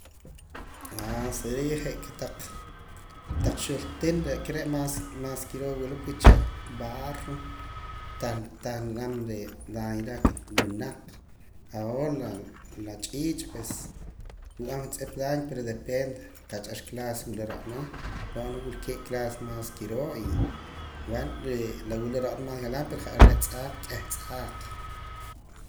seria je' kotaq xuul tiin re' aka re' más más kiroo wula uche' barro tan tan nrinaam daño keh winaq ahora la ch'iich pues nrub'an juntz'ip daño pero depende qacha ar clase wula ro'na wilkee' clase más kiroo y b'an re' la wula ro'na más galan pero je' ar re' tz'aaq k'ih tz'aaq.